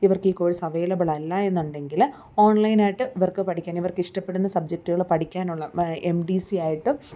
ഇവർക്ക് ഈ course available അല്ല എന്നുണ്ടെങ്കിൽ ഓൺലൈൻ ആയിട്ട് ഇവർക്ക് പഠിക്കാൻ ഇവർക്ക് ഇഷ്ടപ്പെടുന്ന സബ്ജെക്ടുകൾ പഠിക്കാനുള്ള എം ഡി സി ആയിട്ടും